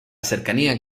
cercanía